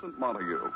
Montague